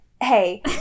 hey